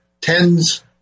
tens